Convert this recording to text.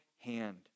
hand